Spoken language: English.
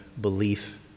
belief